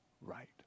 right